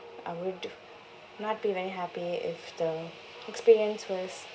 I would not be very happy if the experience was